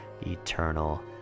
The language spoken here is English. eternal